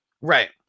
Right